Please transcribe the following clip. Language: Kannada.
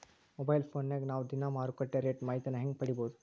ಮೊಬೈಲ್ ಫೋನ್ಯಾಗ ನಾವ್ ದಿನಾ ಮಾರುಕಟ್ಟೆ ರೇಟ್ ಮಾಹಿತಿನ ಹೆಂಗ್ ಪಡಿಬೋದು?